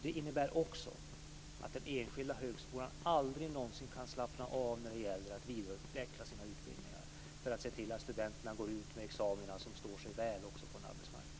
Det innebär också att den enskilda högskolan aldrig någonsin kan slappna av när det gäller att vidareutveckla sina utbildningar för att se till att studenterna går ut med examina som står sig väl på arbetsmarknaden.